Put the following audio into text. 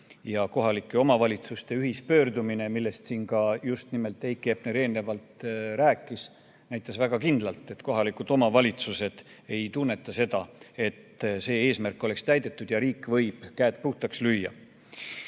Kohalike omavalitsuste ühispöördumine, millest siin just Heiki Hepner rääkis, näitas väga kindlalt, et kohalikud omavalitsused ei tunneta seda, et see eesmärk on täidetud ja riik võib käed puhtaks